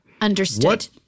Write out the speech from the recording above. Understood